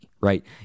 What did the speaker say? right